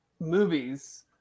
movies